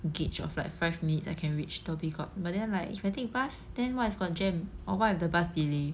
gauge of like five minutes I can reach dhoby ghaut but then like if I take bus then what if got jam or what if the bus delay